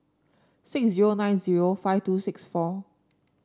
six zero nine zero five two six four